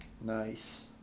Nice